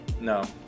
No